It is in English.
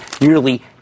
nearly